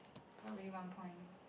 really one point